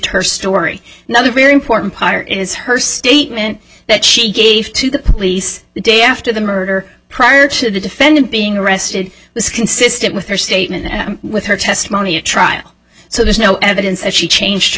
her story another very important part is her statement that she gave to the police the day after the murder prior to the defendant being arrested this is consistent with her statement with her testimony at trial so there's no evidence that she changed her